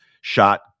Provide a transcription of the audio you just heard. shot